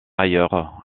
ailleurs